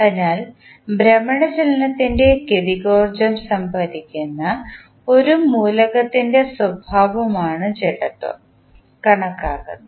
അതിനാൽ ഭ്രമണ ചലനത്തിൻറെ ഗതികോർജ്ജം സംഭരിക്കുന്ന ഒരു മൂലകത്തിൻറെ സ്വഭാവമാണ് ജഡത്വം കണക്കാക്കുന്നത്